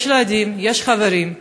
יש ילדים, יש חברים,